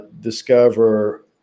discover